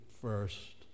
first